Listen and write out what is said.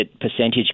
Percentage